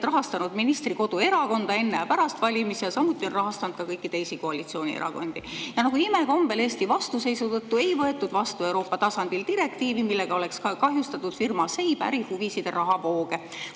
rahastanud ministri koduerakonda enne ja pärast valimisi, samuti on ta rahastanud kõiki teisi koalitsioonierakondi. Nagu imekombel Eesti vastuseisu tõttu ei võetud Euroopa tasandil vastu direktiivi, millega oleks kahjustatud firma Seib ärihuvisid, rahavooge.